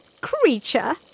creature